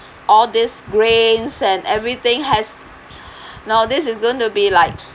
all these grains and everything has now this is going to be like